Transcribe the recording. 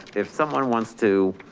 if someone wants to,